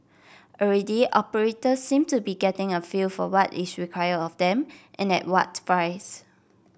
already operators seem to be getting a feel for what is required of them and at what price